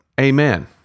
amen